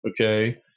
Okay